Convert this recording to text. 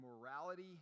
morality